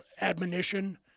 admonition